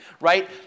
right